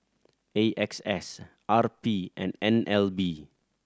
A X S R P and N L B